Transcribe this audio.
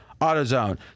AutoZone